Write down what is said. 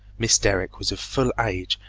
miss derrick was of full age,